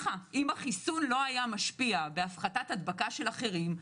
אם החיסון לא היה משפיע בהפחתת הדבקה של אחרים,